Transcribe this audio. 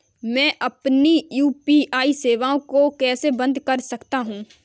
मैं अपनी यू.पी.आई सेवा को कैसे बंद कर सकता हूँ?